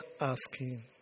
asking